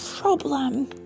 problem